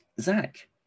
zach